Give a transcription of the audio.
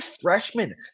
freshman